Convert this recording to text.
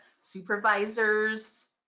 supervisors